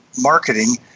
marketing